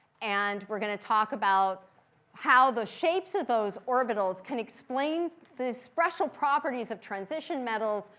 and we're going to talk about how the shapes of those orbitals can explain the special properties of transition metals,